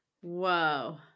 Whoa